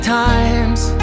times